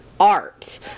art